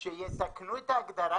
שיתקנו את ההגדרה,